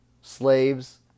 Slaves